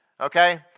Okay